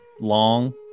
long